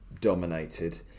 dominated